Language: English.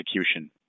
execution